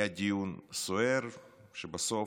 היה דיון סוער, ובסוף,